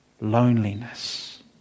Loneliness